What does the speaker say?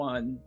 One